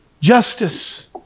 Justice